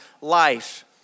life